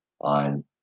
on